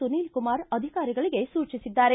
ಸುನೀಲ್ ಕುಮಾರ್ ಅಧಿಕಾರಿಗಳಿಗೆ ಸೂಚಿಸಿದ್ದಾರೆ